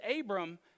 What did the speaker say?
Abram